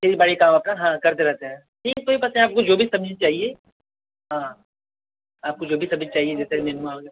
बड़ी काम अपना हाँ करते रहते हैं आपको जो भी सब्ज़ी चाहिए हाँ आपको जो भी सब्ज़ी चाहिए जैसे मिंदवा हो गया